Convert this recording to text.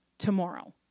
tomorrow